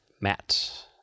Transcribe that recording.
Matt